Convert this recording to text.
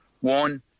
one